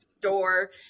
door